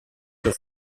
sur